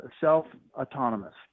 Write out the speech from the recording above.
self-autonomous